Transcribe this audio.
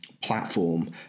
platform